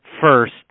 first